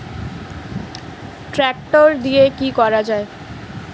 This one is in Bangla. ট্রাক্টর দিয়ে কি করা যায়?